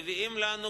מביאים לנו,